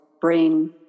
brain